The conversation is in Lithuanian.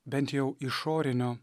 bent jau išorinio